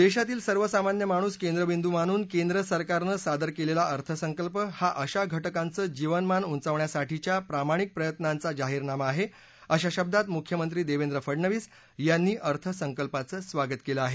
देशातील सर्वसामान्य माणूस केंद्रबिंदू मानून केंद्र सरकारनं सादर केलेला अर्थसंकल्प हा अशा घटकांचं जीवनमान उंचावण्यासाठीच्या प्रामाणिक प्रयत्नांचा जाहीरनामा आहे अशा शब्दात मुख्यमंत्री देवेंद्र फडनवीस यांनी अर्थसंकल्पाचं स्वागत केलं आहे